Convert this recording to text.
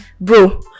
bro